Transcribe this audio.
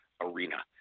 arena